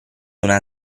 una